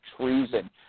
treason